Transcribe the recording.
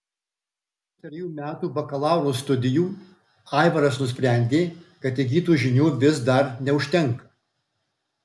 po trejų metų bakalauro studijų aivaras nusprendė kad įgytų žinių vis dar neužtenka